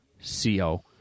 C-O